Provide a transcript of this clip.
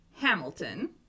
Hamilton